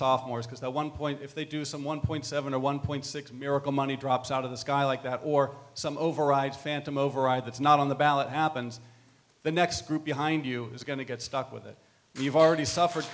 software because no one point if they do some one point seven or one point six miracle money drops out of the sky like that or some override phantom override that's not on the ballot happens the next group behind you is going to get stuck with it you've already suffered